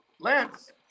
Lance